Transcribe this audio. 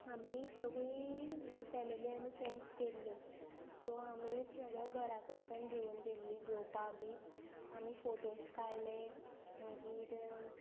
आमी सगळीं फॅमिली आनी फ्रेंड्स गेल्ली सो आमी सगळे घरा कुडसून घेवन गेल्ली जेवपा बी आमी फोटोस काडले मागीर